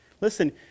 Listen